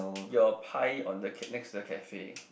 your pie on the next to the cafe